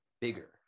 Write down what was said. bigger